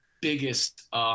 biggest